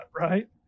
right